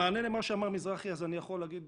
במענה למה שאמר מזרחי אני יכול להגיד